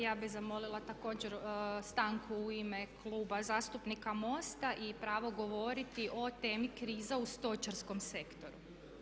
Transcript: Ja bih zamolila također stanku u ime Kluba zastupnika MOST-a i pravo govoriti o temi krize u stočarskom sektoru.